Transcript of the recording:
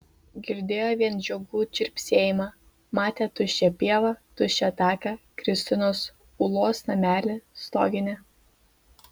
girdėjo vien žiogų čirpsėjimą matė tuščią pievą tuščią taką kristinos ulos namelį stoginę